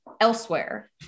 elsewhere